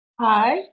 Hi